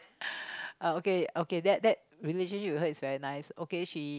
uh okay okay that that relationship we heard is very nice okay she